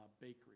bakery